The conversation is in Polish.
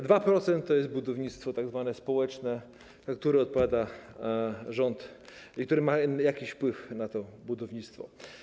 2% to jest budownictwo tzw. społeczne, za które odpowiada rząd, mający jakiś wpływ na to budownictwo.